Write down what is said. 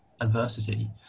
adversity